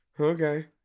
Okay